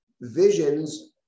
visions